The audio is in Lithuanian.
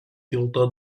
tilto